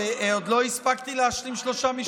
עוד לא הספקתי להשלים שלושה משפטים.